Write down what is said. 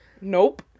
Nope